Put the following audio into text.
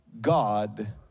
God